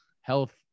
health